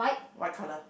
white color